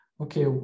okay